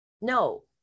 no